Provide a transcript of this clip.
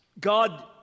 God